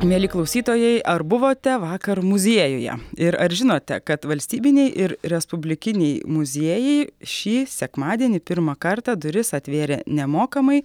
mieli klausytojai ar buvote vakar muziejuje ir ar žinote kad valstybiniai ir respublikiniai muziejai šį sekmadienį pirmą kartą duris atvėrė nemokamai